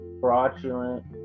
fraudulent